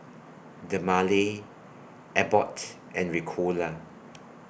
Dermale Abbott and Ricola